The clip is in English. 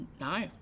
No